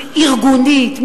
ארגונית,